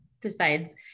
decides